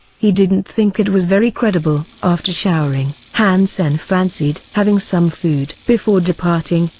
he didn't think it was very credible. after showering, han sen fancied having some food. before departing,